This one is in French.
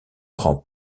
prend